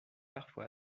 parfois